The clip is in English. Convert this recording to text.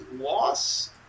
loss